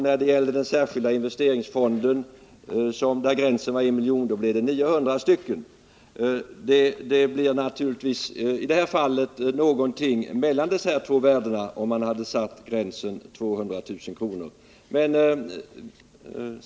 När det gällde den särskilda investeringsfonden, där gränsen var 1 milj.kr., blev det 900 konton. Det blir naturligtvis i detta fall något antal mellan de här två siffrorna, om man sätter gränsen vid 200 000 kr.